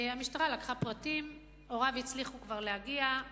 המשטרה לקחה פרטים, הוריו הצליחו כבר להגיע.